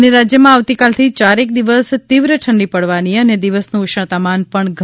ે રાજ્યમાં આવતીકાલથી ચારેક દિવસ તીવ્ર ઠંડી પડવાની અને દિવસનું ઉષ્ણતામાન પણ ઘટવાની આગાહી